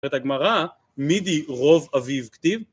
את הגמרא מידי רוב אביב כתיב